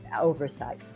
oversight